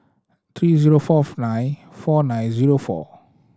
three zero fourth nine four nine zero four